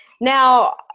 Now